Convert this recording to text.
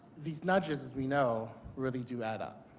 the nudges, as we know, really do add up.